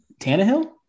Tannehill